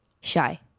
shy